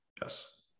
Yes